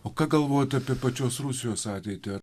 o ką galvojat apie pačios rusijos ateitį